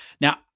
Now